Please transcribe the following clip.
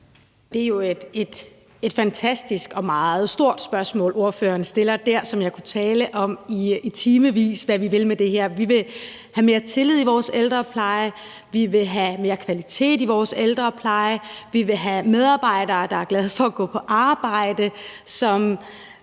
Det er jo et fantastisk og meget stort spørgsmål, ordføreren stiller der, som jeg kunne tale om i timevis, altså hvad vi vil med det her. Vi vil have mere tillid i vores ældrepleje; vi vil have mere kvalitet i vores ældrepleje; vi vil have medarbejdere, der er glade for at gå på arbejde, som